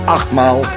Achtmaal